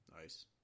Nice